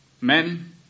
men